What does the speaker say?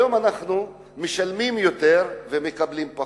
היום אנחנו משלמים יותר ומקבלים פחות.